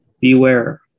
beware